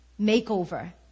makeover